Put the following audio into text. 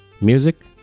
Music